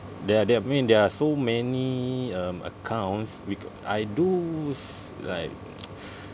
there are there I mean there are so many um accounts bec~ I do s~ like